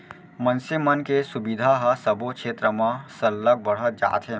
मनसे मन के सुबिधा ह सबो छेत्र म सरलग बढ़त जात हे